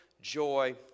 joy